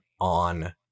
on